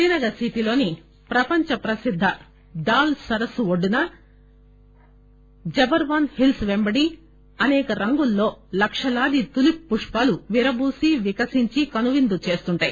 శ్రీనగర్ సిటీలోని ప్రపంచ ప్రసిద్ద దాల్ సరస్సు ఒడ్డున జబర్వాన్ హిల్స్ పెంబడి అసేక రంగుల్లో లక్షలాది తులీప్ పుష్పాలు విరబూసి వికసించి కనువిందు చేస్తుంటాయి